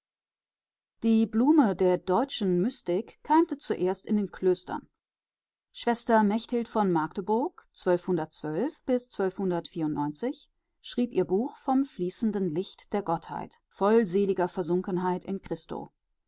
die blume der deutschen mystik keimte zuerst in den klöstern schwester mechthild v magdeburg schrieb ihr buch vom fließenden licht der gottheit voll seliger versunkenheit in christo